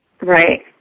Right